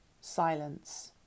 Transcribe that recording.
Silence